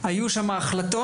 היו שם החלטות,